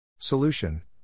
Solution